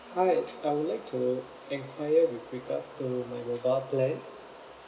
hi I would like to enquire with regards to my mobile plan